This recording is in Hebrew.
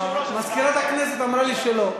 מזכירת הכנסת אמרה לי שלא.